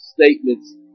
statements